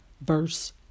verse